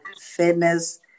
fairness